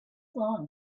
long